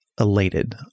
elated